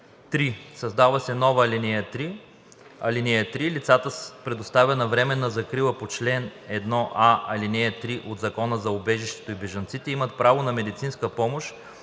3. Създава се нова ал. 3: „(3) Лицата с предоставена временна закрила по чл. 1а, ал. 3 от Закона за убежището и бежанците имат право на медицинска помощ